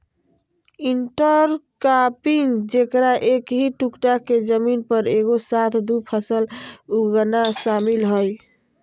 intercropping जेकरा एक ही टुकडा के जमीन पर एगो साथ दु फसल उगाना शामिल हइ